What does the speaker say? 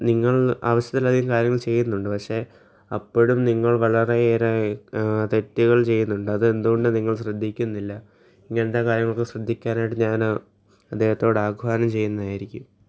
നിങ്ങൾ ആവശ്യത്തിൽ അധികം കാര്യങ്ങൾ ചെയ്യുന്നുണ്ട് പക്ഷെ അപ്പോഴും നിങ്ങൾ വളരെയേറെ തെറ്റുകൾ ചെയ്യുന്നുണ്ട് അത് എന്തുകൊണ്ട് നിങ്ങൾ ശ്രദ്ധിക്കുന്നില്ല ഇങ്ങനത്തെ കാര്യങ്ങൾ ഒക്കെ ശ്രദ്ധിക്കാനായിട്ട് ഞാൻ അദ്ദേഹത്തോട് ആഹ്വാനം ചെയ്യുന്നതായിരിക്കും